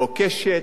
או "קשת",